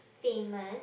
famous